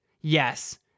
Yes